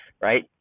right